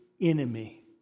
enemy